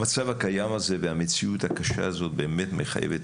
המצב הקיים הזה והמציאות הקשה הזאת מחייבים את